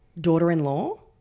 daughter-in-law